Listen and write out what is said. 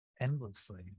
endlessly